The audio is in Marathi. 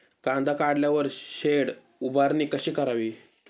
कांदा काढल्यावर शेड उभारणी कशी करावी?